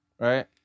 right